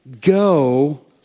Go